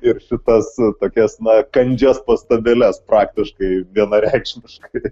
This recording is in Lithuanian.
ir šitas tokias na kandžias pastabėles praktiškai vienareikšmiškai